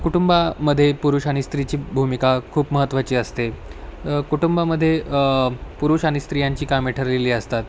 कुटुंबामध्ये पुरुष आणि स्त्रीची भूमिका खूप महत्त्वाची असते कुटुंबामध्ये पुरुष आणि स्त्रियांची कामे ठरलेली असतात